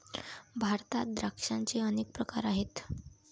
भारतात द्राक्षांचे अनेक प्रकार आहेत